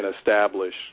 establish